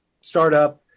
startup